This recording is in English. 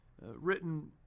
written